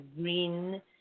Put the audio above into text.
green